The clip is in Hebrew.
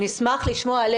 האפליקציה עברה פיילוט.